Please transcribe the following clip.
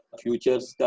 futures